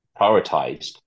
prioritized